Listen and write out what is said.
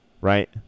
Right